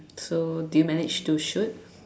so do you manage to shoot